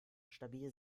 stabil